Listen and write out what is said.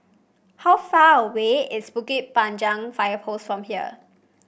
how far away is Bukit Panjang Fire Post from here